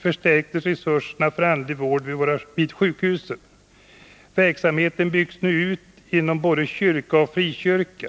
18, KrU 1979 80:246) förstärktes resurserna för andlig vård vid sjukhusen. Verksamheten byggs nu ut inom både kyrka och frikyrka.